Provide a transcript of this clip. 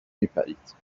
میپرید